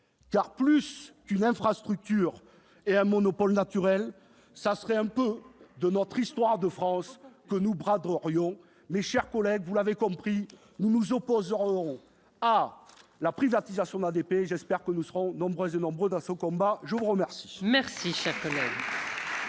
car, plus qu'une infrastructure et un monopole naturel, c'est un peu de l'histoire de France que nous braderions ! Mes chers collègues, vous l'avez compris, nous nous opposerons à la privatisation d'ADP. J'espère que nous serons nombreuses et nombreux à mener ce combat ! La parole